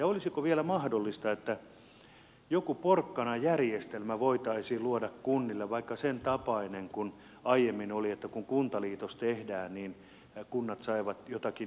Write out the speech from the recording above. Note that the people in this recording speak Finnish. olisiko vielä mahdollista että joku porkkanajärjestelmä voitaisiin luoda kunnille vaikka sen tapainen kuin aiemmin oli että kun kuntaliitos tehtiin niin kunnat saivat jotakin hyvää